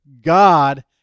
God